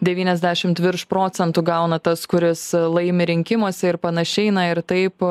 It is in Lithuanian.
devyniasdešimt virš procentų gauna tas kuris laimi rinkimuose ir panašiai na ir taip